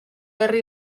herri